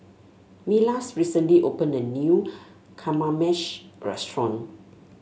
Milas recently opened a new Kamameshi Restaurant